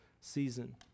season